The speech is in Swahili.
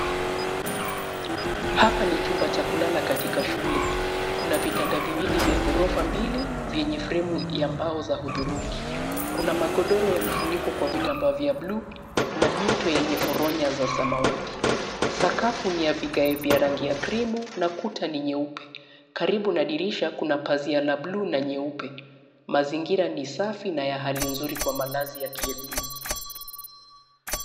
Hapa ni chumba cha kulala katika shule. Kuna vitanda viwili vya gorofa mbili vyenye fremu ya mbao za hudhurungi. Kuna magodoro yamefunikwa kwa vitambaa vya bluu na mito yenye foronya za samawati. Sakafu ni ya vigae vya rangi ya cream na kuta ni nyeupe. Karibu na dirisha kuna pazia la bluu na nyeupe. Mazingira ni safi na hali ya uzuri kwa malazi ya kielimu.